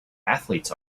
athletes